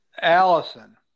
Allison